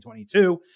2022